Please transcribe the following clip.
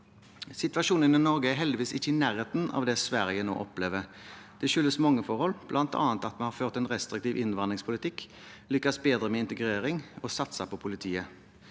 Situasjonen i Norge er heldigvis ikke i nærheten av det Sverige nå opplever. Det skyldes mange forhold, bl.a. at vi har ført en restriktiv innvandringspolitikk, lyktes bedre med integrering og satset på politiet.